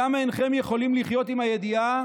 למה אינכם יכולים לחיות עם הידיעה